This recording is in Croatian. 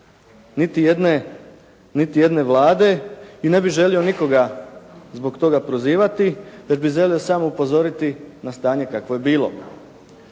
niti jedne vlade i ne bih želio nikoga zbog toga prozivati, već bih želio samo upozoriti na stanje kakvo je bilo.